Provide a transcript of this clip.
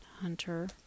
Hunter